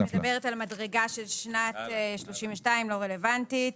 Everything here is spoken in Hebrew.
היא מדברת על מדרגה של שנת 2032, לא רלוונטית.